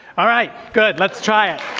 alright good lets try it.